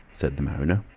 said the mariner,